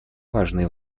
важны